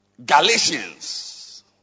Galatians